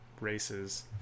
races